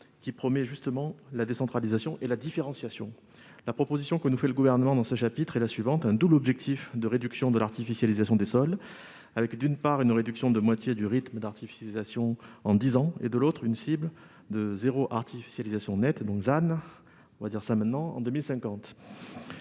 qui promet justement la décentralisation et la différenciation. La proposition que nous fait le Gouvernement dans ce chapitre est la suivante : un double objectif de réduction de l'artificialisation des sols avec, d'une part, une réduction de moitié du rythme d'artificialisation en dix ans et, de l'autre, une cible de zéro artificialisation nette (ZAN) en 2050.